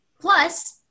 plus